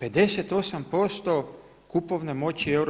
58% kupovne moći EU.